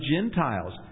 Gentiles